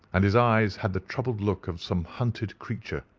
and his eyes had the troubled look of some hunted creature.